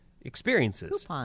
experiences